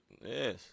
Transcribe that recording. yes